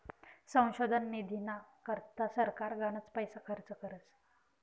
संशोधन निधीना करता सरकार गनच पैसा खर्च करस